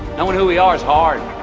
knowing who we are is hard